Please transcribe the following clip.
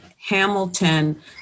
Hamilton